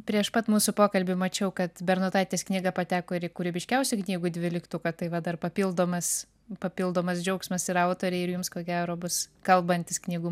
prieš pat mūsų pokalbį mačiau kad bernotaitės knyga pateko ir į kūrybiškiausių knygų dvyliktuką tai va dar papildomas papildomas džiaugsmas ir autorei ir jums ko gero bus kalbantys knygų